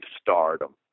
stardom